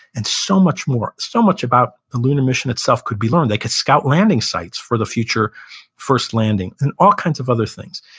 and so much more. so much about the lunar mission itself could be learned. they could scout landing sites for the future first landing, and all kinds of other things.